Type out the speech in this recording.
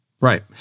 Right